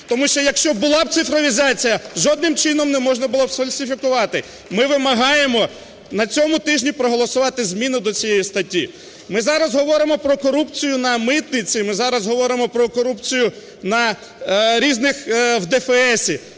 Тому що, якщо б була цифровізація, жодним чином не можна було б сфальсифікувати. Ми вимагаємо на цьому тижні проголосувати зміну до цієї статті. Ми зараз говоримо про корупцію на митниці, ми зараз говоримо про корупцію на різних, в ДФС,